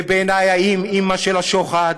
זה בעיני ה"אימ-אימא" של השוחד,